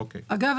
אגב,